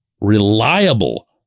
reliable